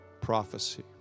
prophecy